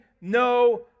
no